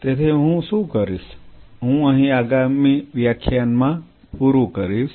તેથી હું શું કરીશ હું અહીં આગામી વ્યાખ્યાનમાં પૂરું કરીશ